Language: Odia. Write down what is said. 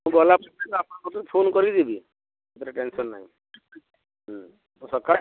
ମୁଁ ଗଲା ପୂର୍ବରୁ ଆପଣଙ୍କ କତିକି ଫୋନ କରିକି ଯିବି ସେଥିରେ ଟେନସନ୍ ନାହିଁ ହୁଁ ମୁଁ ସକାଳେ